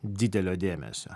didelio dėmesio